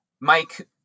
Mike